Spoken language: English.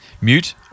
mute